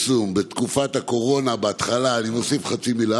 מנתוני לשכת הפרסום הממשלתית עולה כי מתוך 35 מיליון ש"ח,